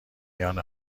میان